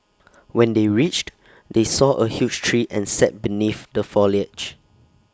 when they reached they saw A huge tree and sat beneath the foliage